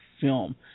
film